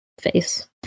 face